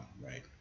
right